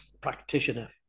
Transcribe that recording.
practitioner